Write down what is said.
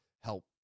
help